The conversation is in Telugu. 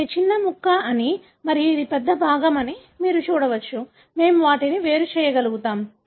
ఇది చిన్న ముక్క అని మరియు ఇది పెద్ద భాగం అని మీరు చూడవచ్చు మనము వాటిని వేరు చేయగలుగుతాము